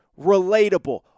relatable